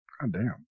Goddamn